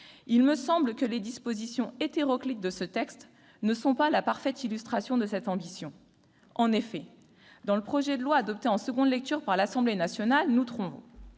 il me semble que les dispositions hétéroclites de ce texte ne sont pas la parfaite illustration de cette ambition. En effet, dans le projet de loi adopté en nouvelle lecture par l'Assemblée nationale, nous trouvons